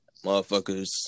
motherfuckers